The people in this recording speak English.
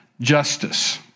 Justice